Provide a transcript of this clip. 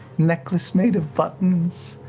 necklace made of buttons,